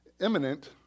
imminent